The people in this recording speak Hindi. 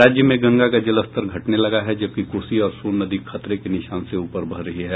राज्य में गंगा का जलस्तर घटने लगा है जबकि कोसी और सोन नदी खतरे के निशान से ऊपर बह रही है